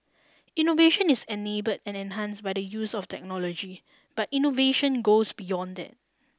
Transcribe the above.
innovation is enabled and enhanced by the use of technology but innovation goes beyond that